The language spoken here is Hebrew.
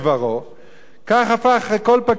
כך הפך כל פקיד לשליט.